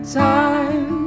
time